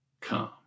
come